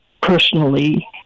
personally